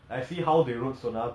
!aiyo!